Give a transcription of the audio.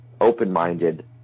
open-minded